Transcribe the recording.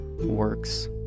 works